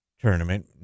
tournament